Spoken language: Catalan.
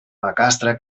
macastre